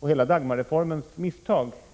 Och hela misstaget i Dagmarreformen